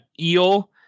eel